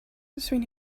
between